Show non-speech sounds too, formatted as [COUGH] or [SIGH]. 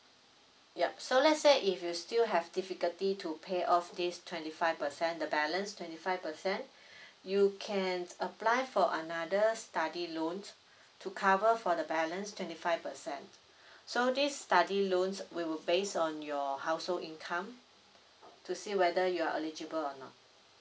yup so let's say if you still have difficulty to pay off this twenty five percent the balance twenty five percent [BREATH] you can apply for another study loan to cover for the balance twenty five percent so this study loans will base on your household income to see whether you are eligible or not